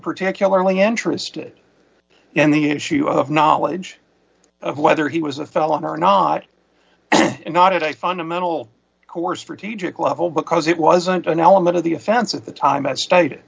particularly interested in the issue of knowledge of whether he was a felon or not and not a fundamental core strategic level because it wasn't an element of the offense at the time but stated